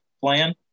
plan